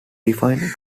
define